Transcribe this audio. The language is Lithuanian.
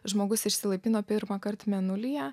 žmogus išsilaipino pirmąkart mėnulyje